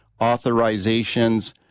authorizations